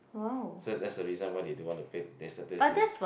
so that's the reason why they don't want to pay